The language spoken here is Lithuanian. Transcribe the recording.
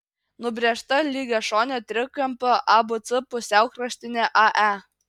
nubrėžta lygiašonio trikampio abc pusiaukraštinė ae